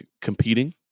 competing